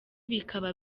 bikaba